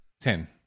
Ten